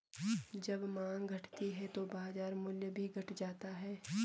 जब माँग घटती है तो बाजार मूल्य भी घट जाता है